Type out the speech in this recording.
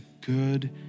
good